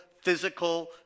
physical